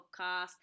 podcast